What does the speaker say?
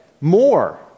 more